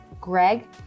Greg